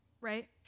right